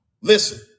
listen